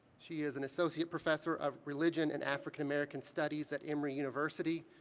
she is an associate professor of religion and african american studies at emory university,